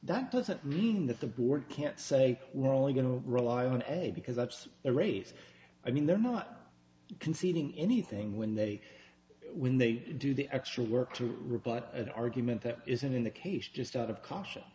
that doesn't mean that the board can't say we're only going to rely on ebay because that's a race i mean they're not conceding anything when they when they do the extra work to rebut an argument that isn't in the case just out of caution